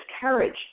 courage